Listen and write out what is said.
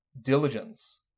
Diligence